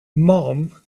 mom